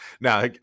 now